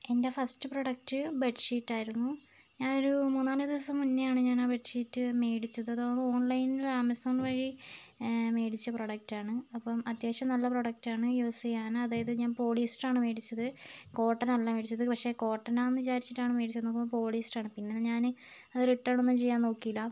എൻ്റെ first product bedsheet ആയിരുന്നു ഞാനൊരു മൂന്നുനാല് ദിവസം മുന്നെയാണ് ഞാൻ ആ ബെഡ്ഷീറ്റ് മേടിച്ചത് അത് ഓൺലൈനിൽ നിന്ന് ആമസോൺ വഴി മേടിച്ച പ്രൊഡക്റ്റ് ആണ് അപ്പം അത്യാവശ്യം നല്ല പ്രൊഡക്റ്റ് ആണ് യൂസ് ചെയ്യാനും അതായത് ഞാൻ പോളിസ്റ്റർ ആണ് മേടിച്ചത് കോട്ടൺ അല്ല മേടിച്ചത് പക്ഷേ കോട്ടൺ ആണെന്ന് വിചാരിച്ചിട്ടാണ് മേടിച്ചത് വന്നപ്പോൾ പോളിസ്റ്റർ ആണ് പിന്നെ ഞാന് അത് റിട്ടേൺ ഒന്നും ചെയ്യാൻ നോക്കിയില്ല